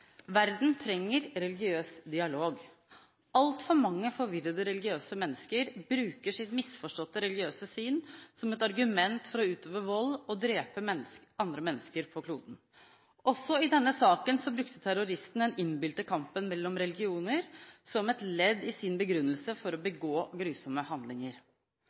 Verden trenger religiøs dialog. Altfor mange forvirrede religiøse mennesker bruker sitt misforståtte religiøse syn som et argument for å utøve vold og drepe andre mennesker på kloden. Også i denne saken brukte terroristen den innbilte kampen mellom religioner som et ledd i sin begrunnelse for å begå grusomme handlinger.